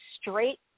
straight